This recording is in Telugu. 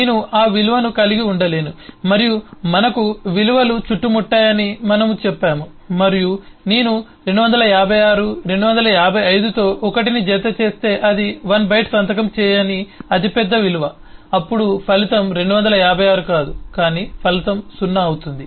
నేను ఆ విలువను కలిగి ఉండలేను మరియు మనకు విలువలు చుట్టుముట్టాయని మనము చెప్పాము మరియు నేను 256 255 తో 1 ని జతచేస్తే అది 1 బైట్ సంతకం చేయని అతి పెద్ద విలువ అప్పుడు ఫలితం 256 కాదు కానీ ఫలితం 0 అవుతుంది